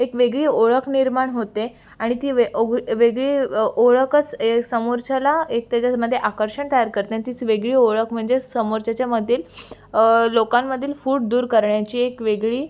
एक वेगळी ओळख निर्माण होते आणि ती ओग वेगळी ओळखच आहे समोरच्याला एक त्याच्यामध्ये आकर्षण तयार करते आणि तीच वेगळी ओळख म्हणजे समोरच्याच्यामधील लोकांमधील फूट दूर करण्याची एक वेगळी